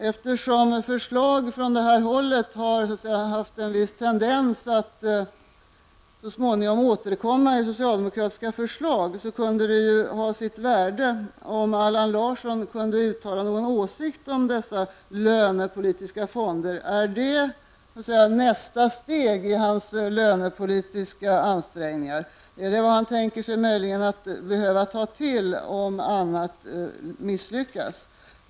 Eftersom förslag från det hållet har haft en viss tendens att så småningom återkomma i socialdemokratiska förslag, kunde det ha sitt värde om Allan Larsson kunde uttala någon åsikt om dessa lönepolitiska fonder. Är de nästa steg i hans lönepolitiska ansträngningar? Är det vad han tänker sig att möjligen behöva ta till, om annat misslyckas?